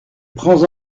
prends